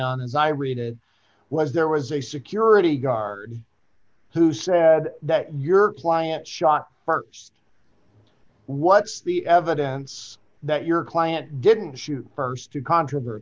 on as i read it was there was a security guard who said that your client shot parts what's the evidence that your client didn't shoot st to controver